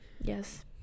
Yes